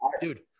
dude